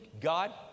God